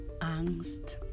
angst